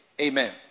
Amen